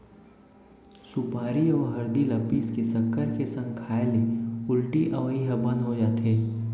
सुपारी अउ हरदी ल पीस के सक्कर के संग म खाए ले उल्टी अवई ह बंद हो जाथे